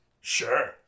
Sure